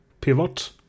pivot